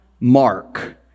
Mark